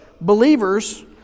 believers